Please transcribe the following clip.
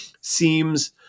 seems